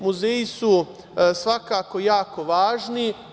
Muzeji su svakako jako važni.